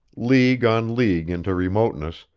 league on league into remoteness,